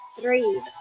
three